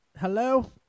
Hello